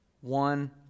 one